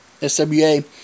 SWA